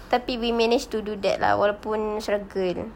tapi we managed to do that lah walaupun struggle